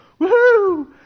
woohoo